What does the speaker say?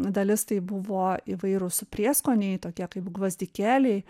dalis tai buvo įvairūs prieskoniai tokie kaip gvazdikėliai